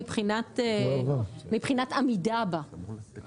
מבחינת העמידה בהוראה,